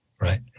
right